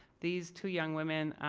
these two young women